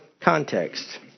context